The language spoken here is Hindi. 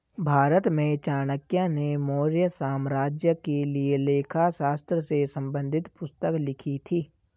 भारत में चाणक्य ने मौर्य साम्राज्य के लिए लेखा शास्त्र से संबंधित पुस्तक लिखी थी